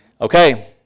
Okay